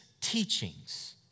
teachings